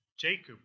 Jacob